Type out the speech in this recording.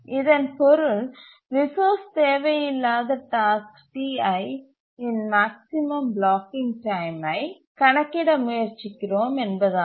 இதன் பொருள் ரிசோர்ஸ் தேவையில்லாத டாஸ்க் Ti இன் மேக்ஸிமம் பிளாக்கிங் டைமை கணக்கிட முயற்சிக்கிறோம் என்பதாகும்